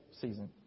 season